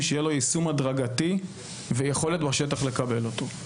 שיהיה לו יישום הדרגתי ותהיה יכולת בשטח לקבל אותו.